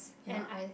and I